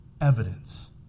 evidence